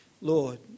Lord